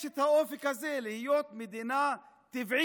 יש את האופק הזה, להיות מדינה טבעית,